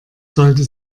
sollte